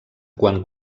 quan